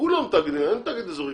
כולם תאגידים, אין כמעט תאגיד אזורי.